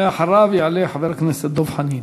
ואחריו יעלה חבר הכנסת דב חנין.